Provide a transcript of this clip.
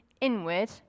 inward